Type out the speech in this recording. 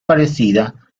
parecida